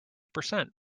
percent